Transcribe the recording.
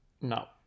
No